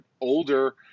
older